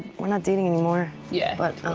we're not dating anymore. yeah but.